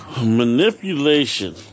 Manipulation